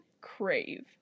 Crave